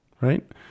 right